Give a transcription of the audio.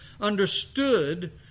understood